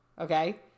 Okay